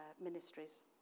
ministries